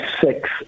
six